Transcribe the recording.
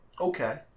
Okay